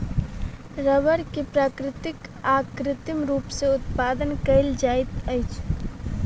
रबड़ के प्राकृतिक आ कृत्रिम रूप सॅ उत्पादन कयल जाइत अछि